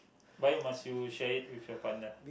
why must you share it with your partner